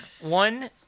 one